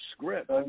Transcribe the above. script